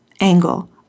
angle